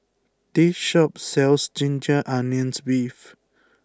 this shop sells Ginger Onions Beef